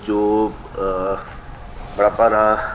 जो बड़ा भारा